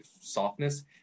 softness